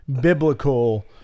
biblical